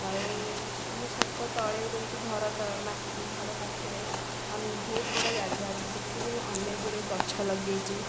ଆଉ ଆମ ଛାତ ତଳେ ଯେମିତି ଘର ତଳେ ଘର ପାଖରେ ବହୁତ ବଡ଼ ଜାଗା ଅଛି ସେଠି ବି ମୁଁ ଅନେକ ଗୁଡ଼ିଏ ଗଛ ଲଗେଇଛି